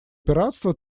пиратства